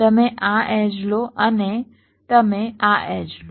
તમે આ એડ્જ લો અને તમે આ એડ્જ લો